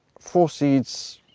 four seeds.